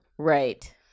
Right